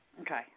Okay